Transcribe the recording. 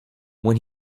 when